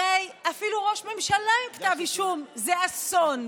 הרי אפילו ראש ממשלה עם כתב אישום זה אסון,